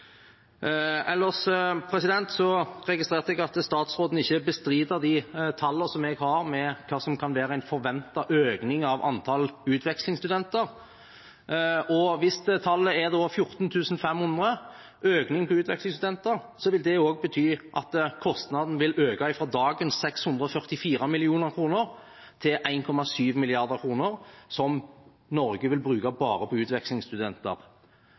Ellers registrerte jeg at statsråden ikke bestrider de tallene jeg har over hva som kan være en forventet økning i antall utvekslingsstudenter. Hvis det tallet er 14 500, vil det bety at kostnaden vil øke fra dagens 644 mill. kr til 1,7 mrd. kr – som Norge vil bruke bare på utvekslingsstudenter.